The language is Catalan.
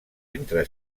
entre